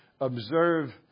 observe